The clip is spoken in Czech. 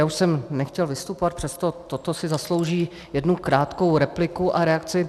Já už jsem nechtěl vystupovat, přesto toto si zaslouží jednu krátkou repliku a reakci.